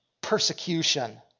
Persecution